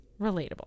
relatable